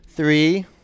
Three